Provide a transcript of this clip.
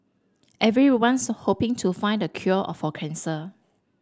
everyone's hoping to find the cure of a cancer